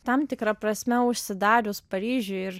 tam tikra prasme užsidarius paryžiui